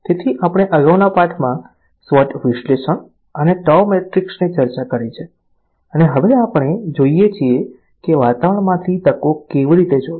તેથી આપણે અગાઉના પાઠમાં SWOT વિશ્લેષણ અને TOW મેટ્રિક્સની ચર્ચા કરી છે અને હવે આપણે જોઈએ છીએ કે વાતાવરણમાંથી તકો કેવી રીતે જોવી